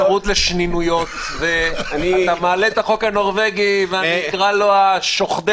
יש אפשרות לשנינויות ואתה מעלה אתה חוק הנורבגי ואני אקרא לו השוחדבי.